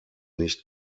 nicht